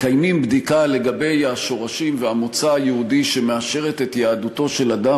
מקיימים בדיקה לגבי השורשים והמוצא היהודי שמאשרת את יהדותו של אדם,